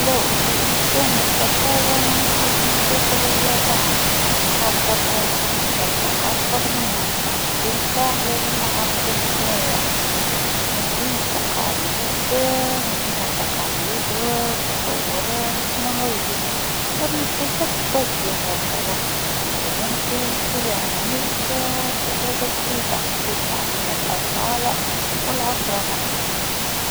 إذا كان بإمكاني السفر لأي مكان في العالم، نحب نمشي لليابان. نحب الثقافة متاعهم، الأكل، والمناظر الطبيعية. خاصة الكرز في فصل الربيع، يشدني برشا. نحب نستكشف المدن القديمة، ونجرب الأكلات التقليدية، ونتعرف على العادات والتقاليد. زيدا، التكنولوجيا متاعهم تدهشني، ونحب نشوف كيفاش يعيشوا في مجتمع متطور. تجربة ما تتعوضش!